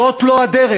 זאת לא הדרך,